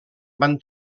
van